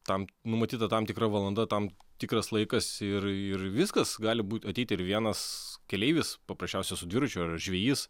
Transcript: tam numatyta tam tikra valanda tam tikras laikas ir ir viskas gali būt ateit ir vienas keleivis paprasčiausia su dviračiu ar žvejys